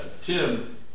Tim